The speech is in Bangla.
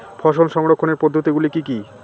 ফসল সংরক্ষণের পদ্ধতিগুলি কি কি?